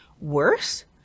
worse